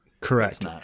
Correct